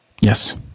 Yes